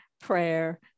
prayer